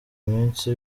imisi